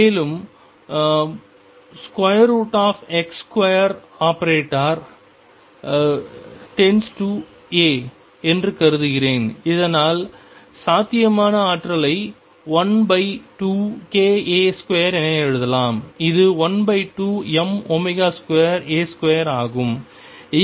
மேலும் ⟨⟨x2⟩∼a என்று கருதுகிறேன் இதனால் சாத்தியமான ஆற்றலை 12ka2என எழுதலாம் அது 12m2a2 ஆகும்